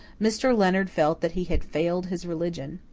mr. leonard felt that he had failed his religion.